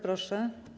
Proszę.